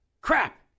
Crap